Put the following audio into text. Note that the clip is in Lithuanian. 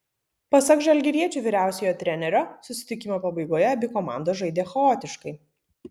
pasak žalgiriečių vyriausiojo trenerio susitikimo pabaigoje abi komandos žaidė chaotiškai